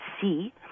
see